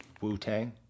Wu-Tang